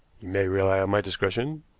you may rely on my discretion.